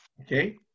Okay